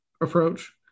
approach